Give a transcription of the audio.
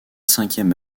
cinquième